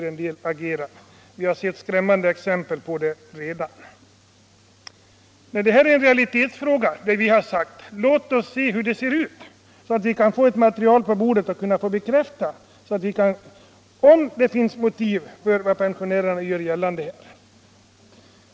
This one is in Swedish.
Detta med tanke på hur en del inom hans parti agerar — vi har redan sett skrämmande exempel. Vi har i denna fråga velat få fram ett material som kan bekräfta om det råder en eftersläpning med pensionerna som pensionärerna gör gällande.